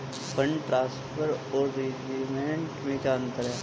Fund transfer और remittance में क्या अंतर है?